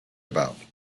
about